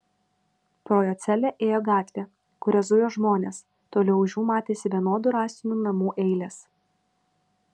pro jo celę ėjo gatvė kuria zujo žmonės toliau už jų matėsi vienodų rąstinių namų eilės